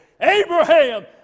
Abraham